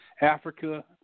Africa